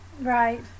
Right